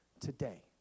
today